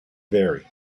vary